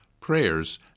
prayers